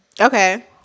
Okay